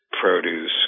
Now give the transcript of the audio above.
produce